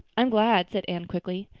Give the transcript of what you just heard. i'm glad, said anne quickly.